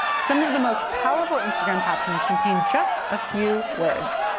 some of the most powerful instagram captions contain just a few words.